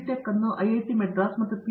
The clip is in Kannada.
ಟೆಕ್ ಅನ್ನು ಐಐಟಿಮದ್ರಾಸ್ ಮತ್ತು ಪಿ